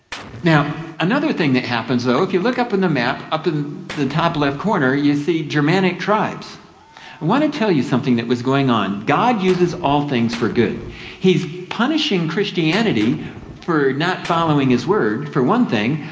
now another thing that happens so if you look up on the map, up in the top left corner, you see germanic tribes. i want to tell you something that was going on. god uses all things for good he's punishing christianity for not following his word, for one thing,